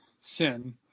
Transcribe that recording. sin